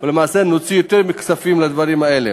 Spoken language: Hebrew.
ולמעשה נוציא יותר כספים על הדברים האלה.